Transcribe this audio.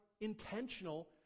intentional